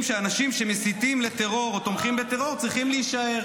שאנשים שמסיתים לטרור או תומכים בטרור צריכים להישאר.